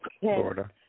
Florida